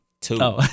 two